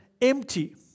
empty